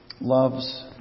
loves